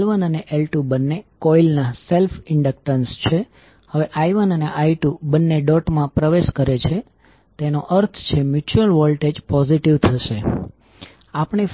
લો કે જો કરંટની દિશા વિપરીત હોય અને કરંટ આ બાજુથી વહી રહ્યો હોય તો તે સ્થિતિમાં ઉત્પન્ન થતા મ્યુચ્યુઅલ વોલ્ટેજની પોલેરિટી આની જેમ હશે